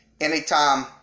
anytime